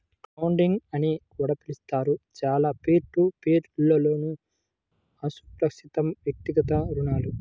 crowdlending అని కూడా పిలుస్తారు, చాలా పీర్ టు పీర్ లోన్లుఅసురక్షితవ్యక్తిగత రుణాలు